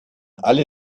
alle